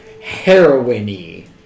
heroiny